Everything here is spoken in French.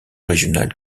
régional